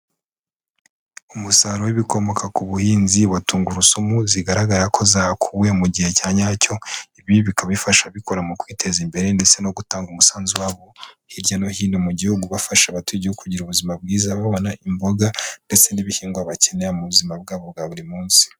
Umusaruro w'ibikomoka ku buhinzi wa tungurusumu zigaragara ko zakuwe mu gihe cya nyacyo, ibi bikaba bifasha ababikora mu kwiteza imbere ndetse no gutanga umusanzu wabo hirya no hino mu gihugu, bafasha abatuye igihugu kugira ubuzima bwiza, babona imboga ndetse n'ibihingwa bakenera mu buzima bwabo bwa buri munsi.